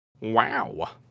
Wow